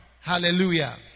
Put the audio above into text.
Hallelujah